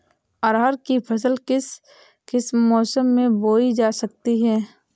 अरहर की फसल किस किस मौसम में बोई जा सकती है?